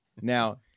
Now